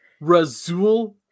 Razul